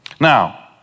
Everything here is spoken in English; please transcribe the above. Now